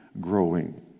growing